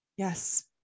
Yes